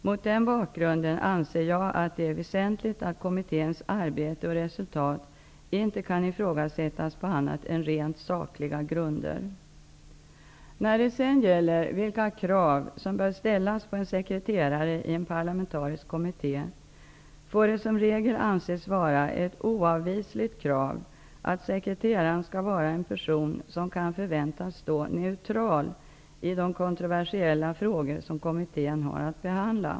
Mot den bakgrunden anser jag att det är väsentligt att kommitténs arbete och resultat inte kan ifrågasättas på annat än rent sakliga grunder. När det sedan gäller vilka krav som bör ställas på en sekreterare i en parlamentarisk kommitté får det som regel anses vara ett oavvisligt krav att sekreteraren skall vara en person som kan förväntas stå neutral i de kontroversiella frågor som kommittén har att behandla.